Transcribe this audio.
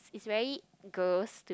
it's very gross